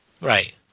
Right